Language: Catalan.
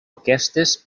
aquestes